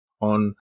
on